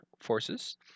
forces